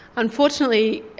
unfortunately,